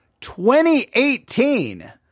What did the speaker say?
2018